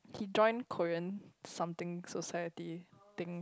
he join Korean something society thing